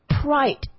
pride